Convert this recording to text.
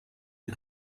die